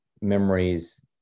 memories